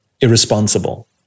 irresponsible